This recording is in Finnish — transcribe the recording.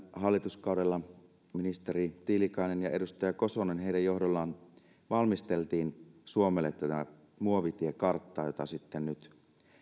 hallituskaudella ministeri tiilikaisen ja edustaja kososen johdolla valmisteltiin suomelle tätä muovitiekarttaa jota nyt